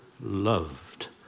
loved